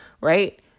right